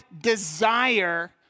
desire